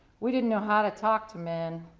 we didn't know how to talk to men.